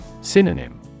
Synonym